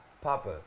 Papa